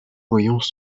voyants